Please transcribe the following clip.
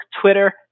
Twitter